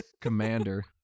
commander